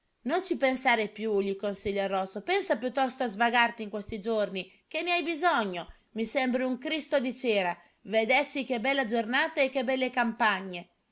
non ci pensare più gli consiglia il rosso pensa piuttosto a svagarti in questi giorni che ne hai bisogno i sembri un cristo di cera vedessi che bella giornata e che belle campagne